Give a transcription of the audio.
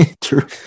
true